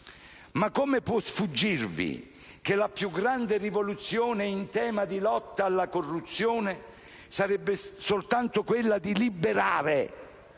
Ma come può sfuggirvi che la più grande rivoluzione in tema di lotta alla corruzione sarebbe soltanto quella di liberare